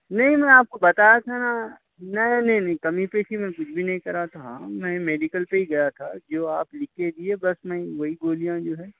نہیں میں آپ کو بتایا تھا نا نہیں نہیں نہیں کمی بیشی میں کچھ بھی نہیں کرا تھا میں میڈیکل سے ہی گیا تھا جو آپ لکھ کے دیے بس میں وہی گولیاں جو ہے